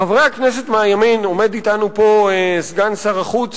חברי הכנסת מהימין, עומד אתנו פה סגן שר החוץ.